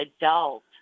adult